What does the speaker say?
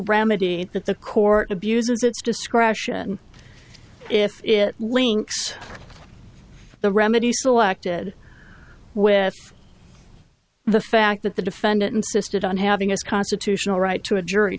remedy that the court abuses its discretion if it links the remedy selected with the fact that the defendant insisted on having us constitutional right to a jury